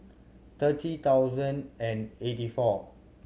thirty thousand and eighty four